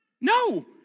No